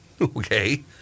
Okay